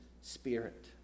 spirit